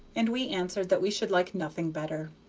and we answered that we should like nothing better.